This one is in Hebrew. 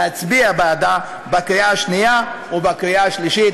להצביע בעדה בקריאה השנייה ובקריאה השלישית.